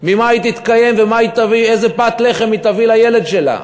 ממה היא תתקיים ואיזה פת לחם היא תביא לילד שלה?